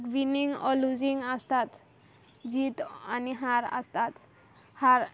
winning वो losing आसताच जीत आनी हार आसताच हार